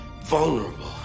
vulnerable